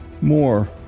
more